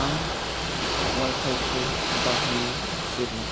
आं वाईफाईखौ बाहायो जेब्ला